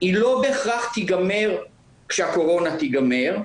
היא לא בהכרח תיגמר כשהקורונה תיגמר,